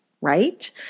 right